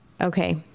okay